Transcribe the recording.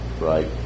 right